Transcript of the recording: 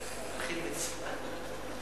בקצרה.